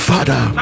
Father